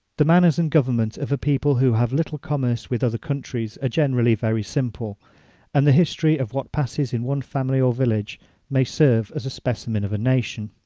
the manners and government of a people who have little commerce with other countries are ah generally very simple and the history of what passes in one family or village may serve as a specimen of a nation.